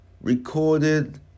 recorded